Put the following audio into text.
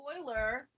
Spoiler